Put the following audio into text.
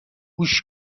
گوش